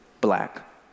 black